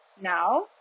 now